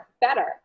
better